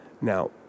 Now